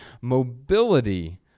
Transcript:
mobility